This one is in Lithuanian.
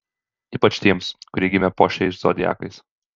ypač tiems kurie gimė po šiais zodiakais